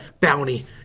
Bounty